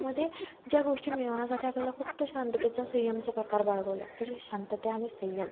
मध्ये ज्या गोष्टी मिळवण्यासाठी आपल्याला फक्त शांततेचा संयमाचा प्रकार बाळगावं लागतो जे शांतते आणि संयम